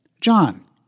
John